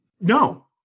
No